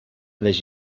les